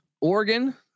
Oregon